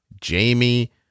Jamie